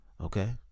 Okay